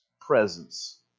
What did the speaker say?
presence